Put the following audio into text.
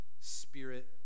spirit